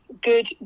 good